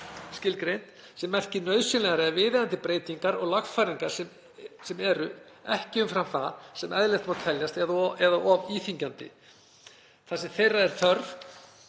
skilgreint sem „nauðsynlegar og viðeigandi breytingar og lagfæringar, sem eru ekki umfram það sem eðlilegt má teljast eða of íþyngjandi, þar sem þeirra er þörf